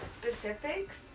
specifics